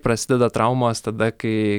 prasideda traumos tada kai